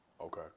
Okay